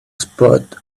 spot